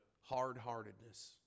hard-heartedness